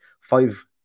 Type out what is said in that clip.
Five